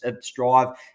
strive